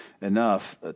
enough